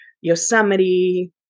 Yosemite